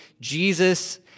Jesus